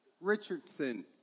richardson